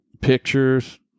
pictures